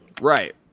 Right